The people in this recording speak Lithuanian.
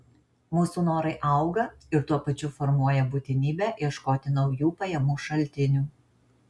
mūsų norai auga ir tuo pačiu formuoja būtinybę ieškoti naujų pajamų šaltinių